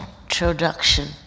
introduction